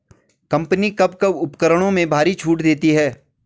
Company कब कब उपकरणों में भारी छूट देती हैं?